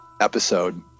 episode